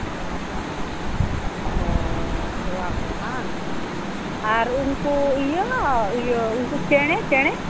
ᱚᱻ ᱛᱚᱣᱟ ᱠᱚ ᱦᱮᱸᱵᱟᱝ ᱟᱨ ᱩᱱᱠᱩ ᱤᱭᱟᱹ ᱩᱱᱠᱩ ᱪᱮᱬᱮ ᱪᱮᱬᱮ